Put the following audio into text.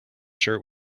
shirt